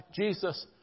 Jesus